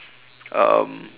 um